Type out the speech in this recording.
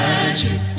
Magic